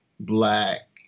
black